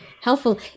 helpful